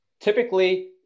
Typically